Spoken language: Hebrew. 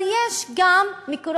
בא החוק